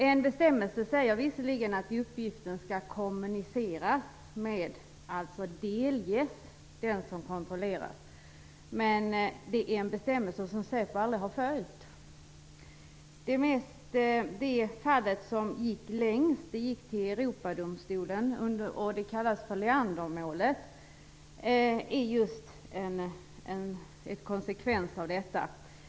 En bestämmelse säger visserligen att uppgifterna skall kommuniceras med, dvs. delges, den som kontrolleras. Men det är en bestämmelse som Säpo aldrig har följt. Det fall som drevs längst gick till Europadomstolen. Det kallas för Leandermålet. Det är just en konsekvens av detta.